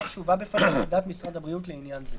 לאחר שהובאה בפניה עמדת משרד הבריאות לעניין זה.